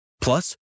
Plus